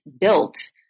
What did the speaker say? built